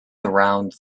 around